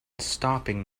stopping